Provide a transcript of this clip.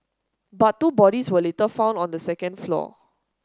but two bodies were later found on the second floor